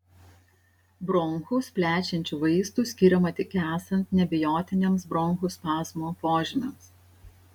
bronchus plečiančių vaistų skiriama tik esant neabejotiniems bronchų spazmo požymiams